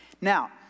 Now